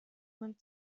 winter